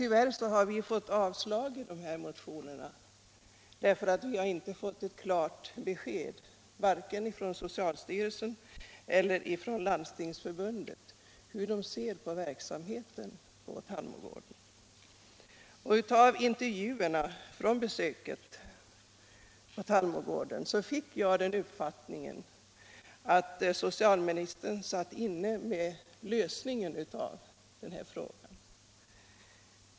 Tyvärr har vi varit tvungna att avslå motionerna, eftersom vi inte fått klara besked från vare sig socialstyrelsen eller Landstingsförbundet om hur de ser på verksamheten på Tallmogården. Av intervjuerna vid besöket på Tallmogården fick jag den uppfattningen att socialministern satt inne med lösningen av frågan.